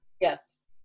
Yes